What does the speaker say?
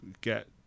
get